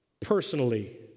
personally